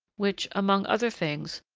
which, among other things,